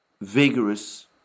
vigorous